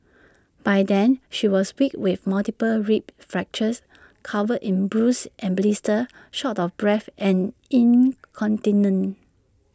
by then she was weak with multiple rib fractures covered in bruises and blisters short of breath and incontinent